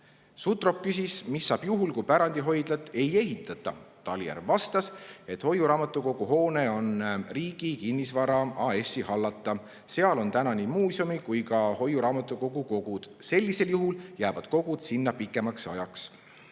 Sutrop küsis, mis saab juhul, kui pärandihoidlat ei ehitata. Talihärm vastas, et hoiuraamatukogu hoone on Riigi Kinnisvara AS‑i hallata. Seal on täna nii muuseumi kui ka hoiuraamatukogu kogud, sellisel juhul jäävad kogud sinna pikemaks ajaks.